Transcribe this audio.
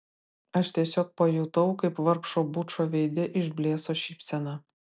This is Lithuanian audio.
aš tiesiog pajutau kaip vargšo bučo veide išblėso šypsena